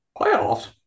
Playoffs